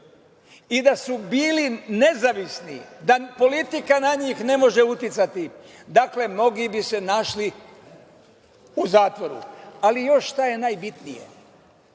i da su bili nezavisni, da politika na njih ne može uticati, mnogi bi se našli u zatvoru. Šta je najbitnije?